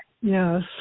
Yes